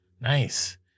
Nice